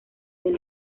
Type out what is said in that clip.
del